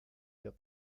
der